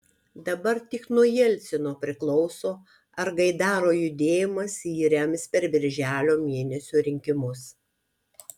dabar tik nuo jelcino priklauso ar gaidaro judėjimas jį rems per birželio mėnesio rinkimus